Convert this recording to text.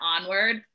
onward